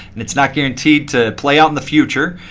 and it's not guaranteed to play out in the future.